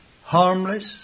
harmless